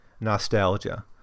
nostalgia